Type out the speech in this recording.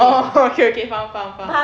orh okay okay faham faham faham